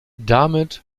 damit